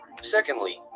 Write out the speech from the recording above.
Secondly